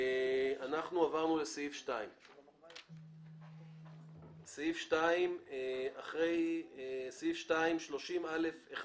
עברנו לסעיף 2. לסעיף 30א(1),